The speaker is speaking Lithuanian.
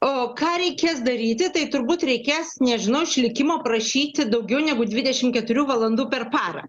o ką reikės daryti tai turbūt reikės nežinau iš likimo prašyti daugiau negu dvidešimt keturių valandų per parą